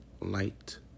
light